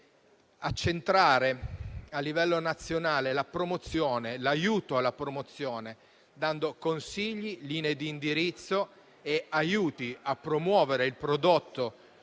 che accentrare a livello nazionale l'aiuto alla promozione, dando consigli, linee di indirizzo e aiuti a promuovere il prodotto